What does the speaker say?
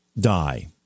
die